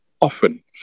often